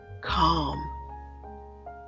calm